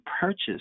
purchased